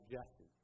Jesse